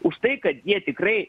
už tai kad jie tikrai